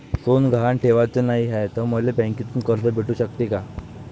सोनं गहान ठेवाच नाही हाय, त मले बँकेतून कर्ज भेटू शकते का?